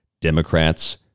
Democrats